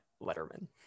letterman